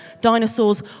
dinosaurs